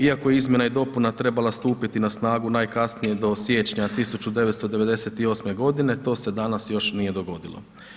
Iako je izmjena i dopuna trebala stupiti na snagu najkasnije do siječnja 1998. godine, to se danas još nije dogodilo.